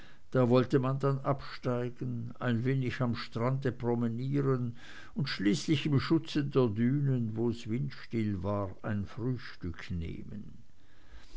da wollte man dann absteigen ein wenig am strand promenieren und schließlich im schutz der dünen wo's windstill war ein frühstück nehmen